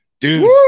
Dude